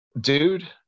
dude